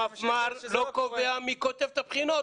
המפמ"ר לא קובע מי כותב את הבחינות.